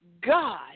God